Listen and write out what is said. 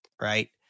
right